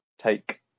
take